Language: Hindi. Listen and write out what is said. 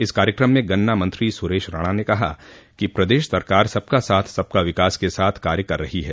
इस कार्यक्रम में गन्ना मंत्री सुरेश राणा ने कहा कि प्रदेश सरकार सबका साथ सबका विकास के साथ कार्य कर रही है